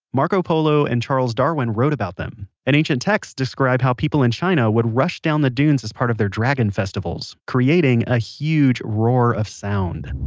marco polo and charles darwin wrote about them. and ancient texts describe how people in china would rush down the dunes as part of their dragon festivals, creating a huge roar of sound